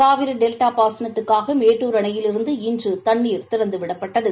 Kaveri delta பாசனத்துக்காக மேட்டூர் அணையிலிருந்து இன்று தண்ணீர் திறந்துவிடப்பட்டது